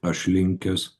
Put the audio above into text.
aš linkęs